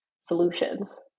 solutions